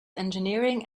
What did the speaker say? engineering